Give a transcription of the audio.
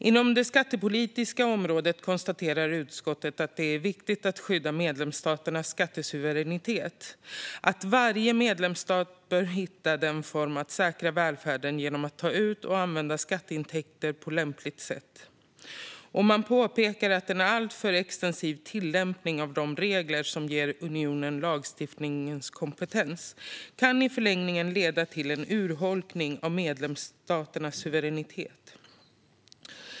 Inom det skattepolitiska området konstaterar utskottet att det är viktigt att skydda medlemsstaternas skattesuveränitet och att varje medlemsstat bör hitta en form att säkra välfärden genom att ta ut och använda skatteintäkter på lämpligt sätt. Man påpekar att en alltför extensiv tillämpning av de regler som ger unionen lagstiftningskompetens i förlängningen kan leda till en urholkning av medlemsstaternas suveränitet.